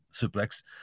suplex